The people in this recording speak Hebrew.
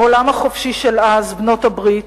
העולם החופשי של אז, בעלות-הברית,